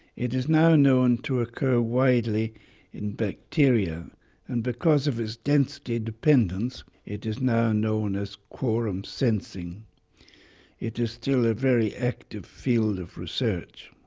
it is now known to occur widely in bacteria and because of its density dependence, it is now known as quorum sensing it is still a very active field of research.